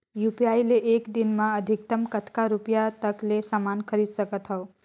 UPI ले एक दिन म अधिकतम कतका रुपिया तक ले समान खरीद सकत हवं?